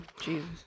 Jesus